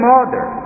Mother